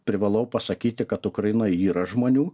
privalau pasakyti kad ukrainoj yra žmonių